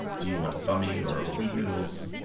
do you want bami or or wheat noodles,